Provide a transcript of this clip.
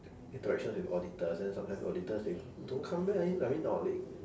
interaction with auditors then sometimes auditors they don't come back I mean or they